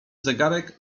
zegarek